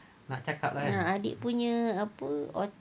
adik punya apa au~